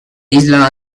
isla